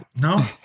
No